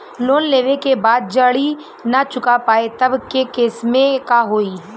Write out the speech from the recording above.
Loan लेवे के बाद जड़ी ना चुका पाएं तब के केसमे का होई?